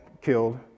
killed